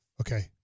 Okay